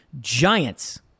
Giants